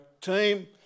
team